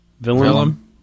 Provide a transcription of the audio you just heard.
Villain